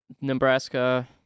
Nebraska